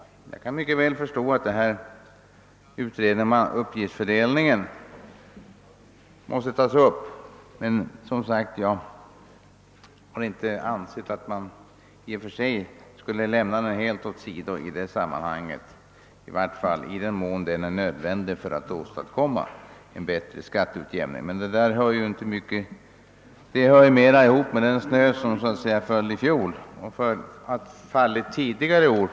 Jag kan mycket väl förstå att frågan om uppgiftsfördelningen måste tas upp, och jag har inte heller ansett att den skulle lämnas helt åt sidan i detta sammanhang — i vart fall är det nödvändigt att utreda den för att man skall kunna åstadkomma en bättre skatteut jämning — men detta gäller ju den snö som föll i fjol och tidigare år.